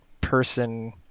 person